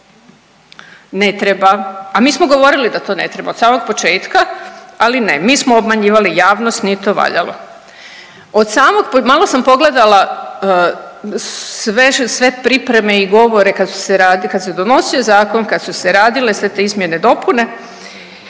Ne treba. A mi smo govorili da to ne treba, od samog početka, ali ne, mi smo obmanjivali javnost, nije to valjalo. Od samo .../nerazumljivo/... malo sam pogledala sve pripreme i govore kad su se, kad se donosio zakon, kad su se radile sve te izmjene i dopune